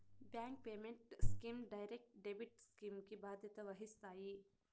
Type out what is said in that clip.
bank payment schemes direct debit scheme కి బాధ్యత వహిస్తాయి